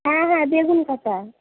হ্যাঁ হ্যাঁ বেগুন কাঁটা